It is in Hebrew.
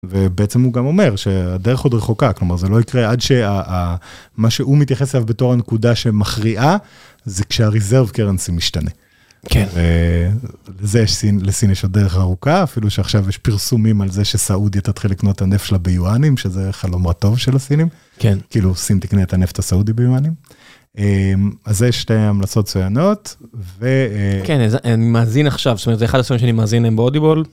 ובעצם הוא גם אומר שהדרך עוד רחוקה כלומר זה לא יקרה עד שהמה שהוא מתייחס לזה בתור הנקודה שמכריעה זה כשה-reserve currency משתנה. כן זה סין לסין יש עוד דרך ארוכה אפילו שעכשיו יש פרסומים על זה שסעודיה תתחיל לקנות את הנפט שלה ביואנים שזה חלום רטוב של הסינים. כן כאילו סין תקנה את הנפט הסעודי ביואנים אז יש שתי המלצות מצויינות. כן אני מאזין עכשיו זה אחד הספרים שאני מאזין להם ב-Audible.